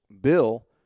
Bill